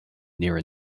near